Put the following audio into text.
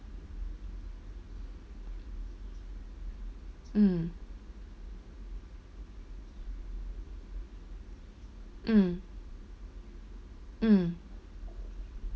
mm mm mm